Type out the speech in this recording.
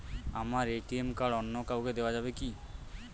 আমার ATM card অন্য কাউকে দেওয়া যাবে কি?